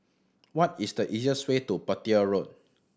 what is the easiest way to Petir Road